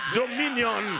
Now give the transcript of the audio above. dominion